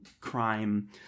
crime